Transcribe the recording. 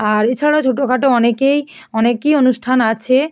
আর এছাড়াও ছোটো খাটো অনেকেই অনেকই অনুষ্ঠান আছে